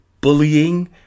bullying